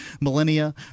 millennia